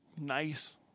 nice